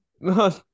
no